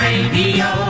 Radio